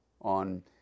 On